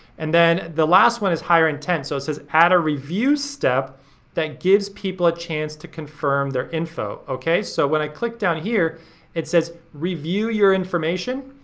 and then the last one is higher intent, so it says add a review step that gives people a chance to confirm their info, okay? so when i click down here it says review your information.